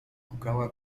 kukała